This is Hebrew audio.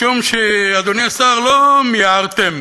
אדוני השר, משום שלא מיהרתם